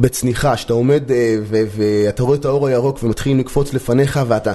בצניחה, שאתה עומד ואתה רואה את האור הירוק ומתחילים לקפוץ לפניך ואתה